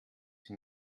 sie